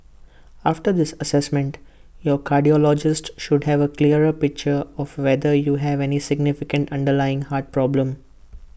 after this Assessment your cardiologist should have A clearer picture of whether you have any significant underlying heart problem